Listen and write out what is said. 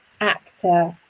actor